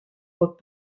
pot